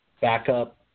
backup